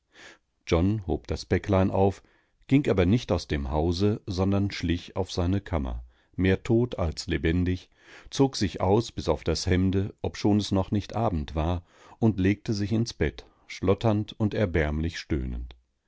john hob das päcklein auf ging aber nicht aus dem hause sondern schlich auf seine kammer mehr tot als lebendig zog sich aus bis auf das hemd obschon es noch nicht abend war und legte sich ins bett schlotternd und erbärmlich stöhnend